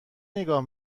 نگاه